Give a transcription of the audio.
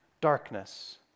darkness